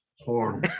horn